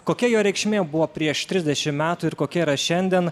kokia jo reikšmė buvo prieš trisdešim metų ir kokia yra šiandien